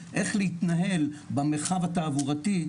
איך להתנהל במרחב התעבורתי,